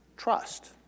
Trust